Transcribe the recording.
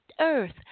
Earth